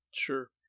Sure